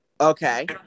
Okay